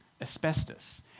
asbestos